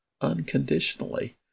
unconditionally